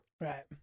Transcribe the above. Right